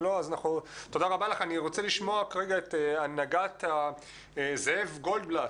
אני רוצה לשמוע כרגע את זאב גולדבלט,